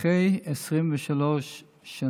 אחרי 23 שנים.